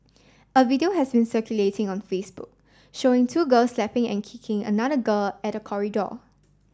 a video has been circulating on Facebook showing two girls slapping and kicking another girl at a corridor